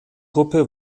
gruppe